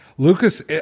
Lucas